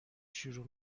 شروع